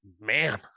man